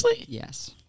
Yes